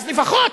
אז לפחות